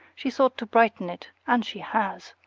she thought to brighten it and she has.